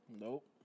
Nope